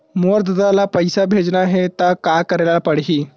मोर ददा ल पईसा भेजना हे त का करे ल पड़हि?